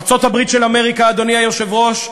ארצות-הברית של אמריקה, אדוני היושב-ראש,